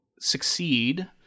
succeed